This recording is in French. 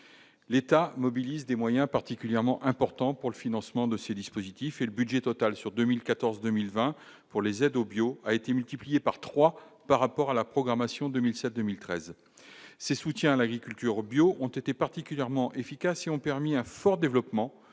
l'État mobilise des moyens particulièrement importants pour le financement de ces dispositifs et le budget total sur 2014, 2020 pour les aides au bio a été multiplié par 3 par rapport à la programmation 2007, 2013, ses soutiens à l'agriculture bio ont été particulièrement efficaces et ont permis un fort développement,